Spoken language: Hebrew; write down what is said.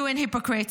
UN hypocrites,